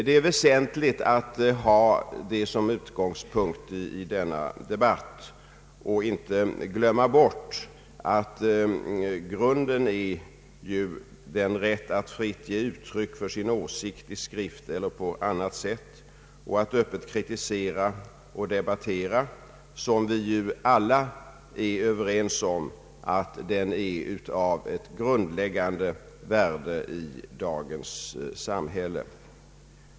Det är väsentligt att ha detta som utgångspunkt i denna debatt och att inte glömma bort att grunden ju är den rätt att fritt ge uttryck för sin åsikt i skrift och på annat sätt och att öppet kritisera och debattera som enligt vad vi alla är överens om är av ett grundläggande värde i dagens samhälle.